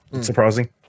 surprising